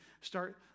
start